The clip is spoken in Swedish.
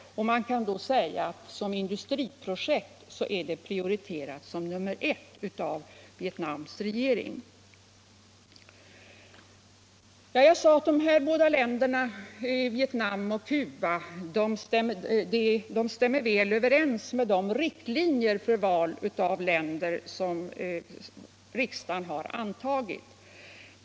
Man kan säga att det bland industriprojekten har givits högsta prioritet av Vietnams regering. Vietnam och Cuba stämmer som sagt väl med de riktlinjer för ländervalet som riksdagen antagit.